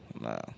No